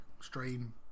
stream